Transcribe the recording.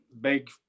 big